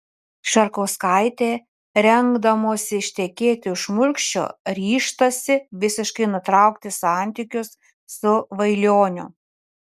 šarkauskaitė rengdamosi ištekėti už šmulkščio ryžtasi visiškai nutraukti santykius su vailioniu